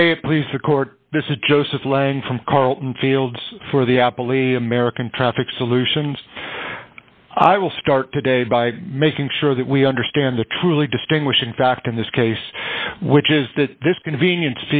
it please the court this is joseph lang from carleton fields for the apple easy american traffic solutions i will start today by making sure that we understand the truly distinguishing fact in this case which is that this convenien